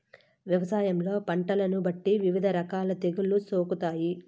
వ్యవసాయంలో పంటలను బట్టి వివిధ రకాల తెగుళ్ళు సోకుతాయి